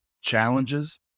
challenges